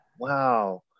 Wow